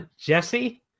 Jesse